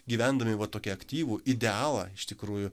gyvendami va tokį aktyvų idealą iš tikrųjų